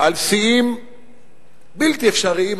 על שיאים בלתי אפשריים,